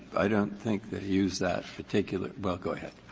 i don't think they used that particular well, go ahead.